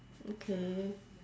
okay